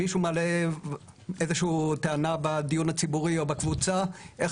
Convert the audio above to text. מישהו מעלה איזושהי טענה בדיון הציבורי או בקבוצה איך